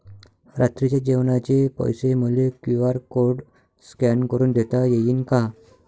रात्रीच्या जेवणाचे पैसे मले क्यू.आर कोड स्कॅन करून देता येईन का?